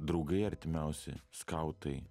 draugai artimiausi skautai